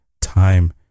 time